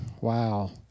Wow